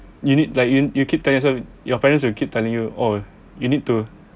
you need like you you keep telling also your parents will keep telling you oh you need to